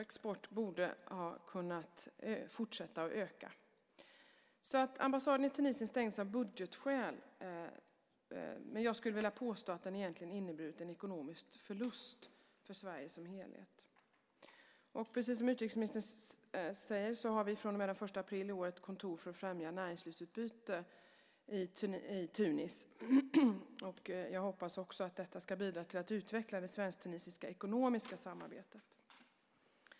Exporten borde ha kunnat fortsätta att öka. Ambassaden i Tunisien stängdes av budgetskäl, men jag skulle vilja påstå att det egentligen inneburit en ekonomisk förlust för Sverige som helhet. Precis som utrikesministern säger har vi sedan den 1 april i år ett kontor för att främja näringslivsutbyte i Tunis. Jag hoppas också att detta ska bidra till att utveckla det svensk-tunisiska ekonomiska samarbetet.